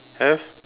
have